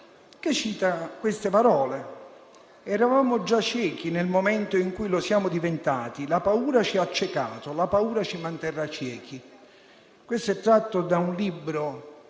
che cita queste parole: «Eravamo già ciechi nel momento in cui lo siamo diventati, la paura ci ha accecato, la paura ci manterrà ciechi». Si tratta di un